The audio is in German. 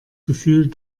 gefühl